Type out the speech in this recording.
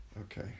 Okay